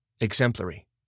exemplary